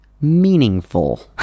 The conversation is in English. meaningful